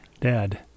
dad